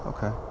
Okay